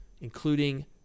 including